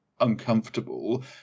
uncomfortable